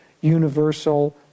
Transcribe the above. universal